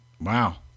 Wow